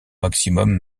maximum